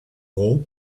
rond